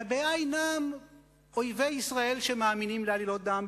והבעיה אינה אויבי ישראל שמאמינים לעלילות דם,